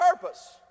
purpose